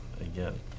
Again